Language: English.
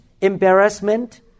embarrassment